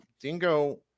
Dingo